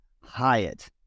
Hyatt